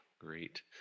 great